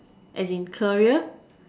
as in career